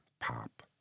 pop